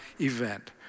event